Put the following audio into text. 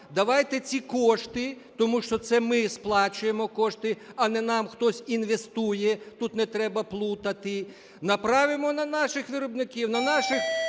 Давайте ці кошти, тому що це ми сплачуємо кошти, а не нам хтось інвестує, тут не треба плутати, направимо на наших виробників, на наших